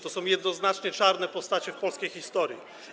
To są jednoznacznie czarne postacie w polskiej historii.